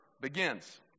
begins